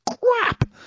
crap